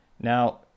now